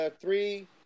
three